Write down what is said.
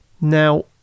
Now